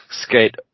skate